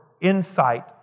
insight